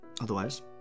Otherwise